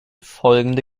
folgende